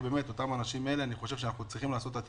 האנשים האלה שנושאים בעול,